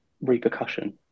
repercussion